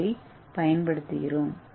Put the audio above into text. ஏவைப் பயன்படுத்துகிறோம்